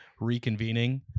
reconvening